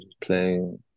playing